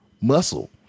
muscle